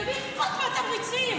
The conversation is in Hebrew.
למי אכפת מהתמריצים?